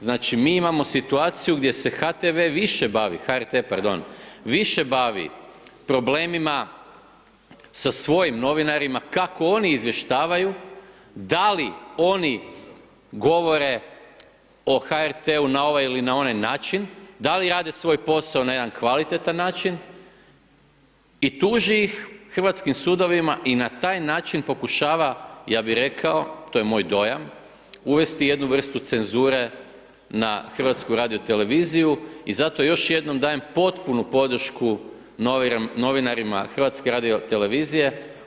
Znači, mi imamo situaciju gdje se HTV više bavi, HRT pardon, više bavi problemima sa svojim novinarima, kako oni izvještavaju, da li oni govore o HRT-u na ovaj ili na onaj način, da li rade svoj posao na jedan kvalitetan način i tuži ih hrvatskim sudovima i na taj način pokušava, ja bih rekao, to je moj dojam, uvesti jednu vrstu cenzure na HRT i zato još jednom dajem potpunu podršku novinarima HRT-a.